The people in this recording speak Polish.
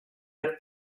jak